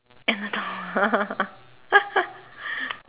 and the dog